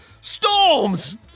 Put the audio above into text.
Storms